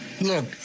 Look